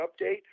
update